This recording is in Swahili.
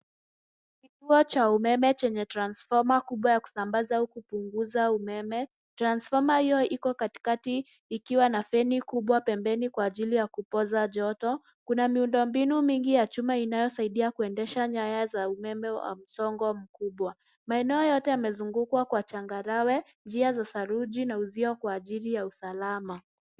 Kituo cha umeme chenye transfoma kubwa ya kupunguza au kusambaza umeme. Transfoma hiyo iko katikati ikiwa na peni kubwa pembeni kwa ajili ya kupoza joto. Kuna miundo mbinu ya chuma inayosaidia kuendesha nyaya za umeme wa msongo mkubwa. Maeneo yote yamezungukwa kwa changarawe ,njia za saruji na uzio kwa ajili ya usalama.